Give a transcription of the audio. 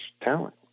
talent